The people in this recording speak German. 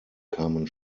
kamen